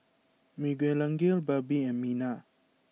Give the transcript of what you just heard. Miguelangel Barbie and Minna